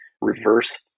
reverse